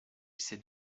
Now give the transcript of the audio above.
s’est